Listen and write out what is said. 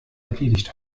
erledigt